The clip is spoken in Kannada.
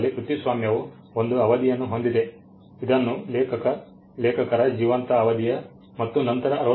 ಭಾರತದಲ್ಲಿ ಕೃತಿಸ್ವಾಮ್ಯವು ಒಂದು ಅವಧಿಯನ್ನು ಹೊಂದಿದೆ ಇದನ್ನು ಲೇಖಕರ ಜೀವಂತ ಅವಧಿಯ ಮತ್ತು ನಂತರ 60 ವರ್ಷಗಳು ಎಂದು ಲೆಕ್ಕಹಾಕಲಾಗಿದೆ